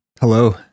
Hello